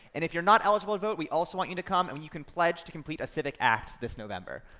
and if you're not eligible to vote, we also want you to come, and i mean you can pledge to complete a civic act this november.